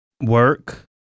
work